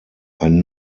ein